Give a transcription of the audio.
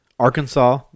Arkansas